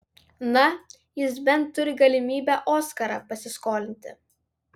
na jis bent turi galimybę oskarą pasiskolinti